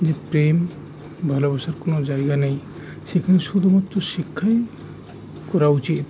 যে প্রেম ভালোবাসার কোনো জায়গা নেই সেখানে শুধুমাত্র শিক্ষাই করা উচিত